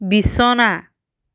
বিছনা